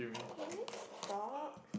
can you stop